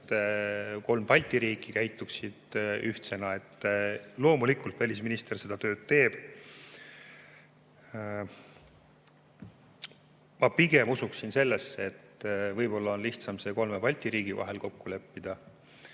kolm Balti riiki käituksid ühtsena. Loomulikult välisminister seda tööd teeb. Ma pigem usun sellesse, et võib-olla on lihtsam see kolme Balti riigi vahel kokku leppida.